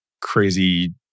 Crazy